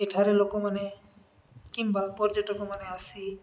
ଏଠାରେ ଲୋକମାନେ କିମ୍ବା ପର୍ଯ୍ୟଟକ ମାନେ ଆସି